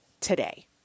today